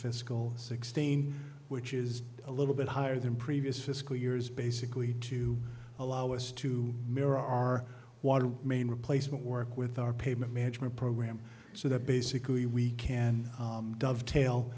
fiscal sixteen which is a little bit higher than previous fiscal years basically to allow us to mirror our water main replacement work with our payment management program so that basically we can dovetail